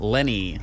Lenny